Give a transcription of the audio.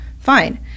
fine